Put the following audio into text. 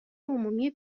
عمومی